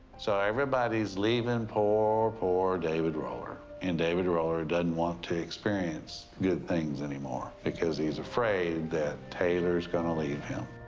so everybody's leaving and poor, poor david roller, and david roller ah doesn't want to experience good things anymore because he's afraid that taylor's gonna leave him.